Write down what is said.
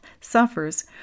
suffers